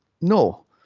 no